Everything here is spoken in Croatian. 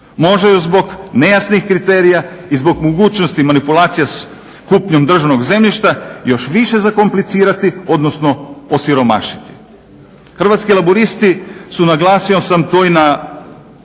Može ju zbog nejasnih kriterija i zbog mogućnosti manipulacija s kupnjom državnog zemljišta još više zakomplicirati odnosno osiromašiti. Hrvatski laburisti su naglasio sam to i na